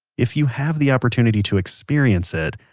if you have the opportunity to experience it,